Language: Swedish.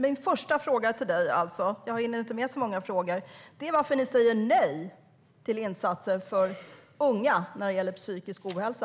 Jag hinner inte med så många frågor, men min första fråga är alltså varför ni säger nej till insatser för unga när det gäller psykisk ohälsa.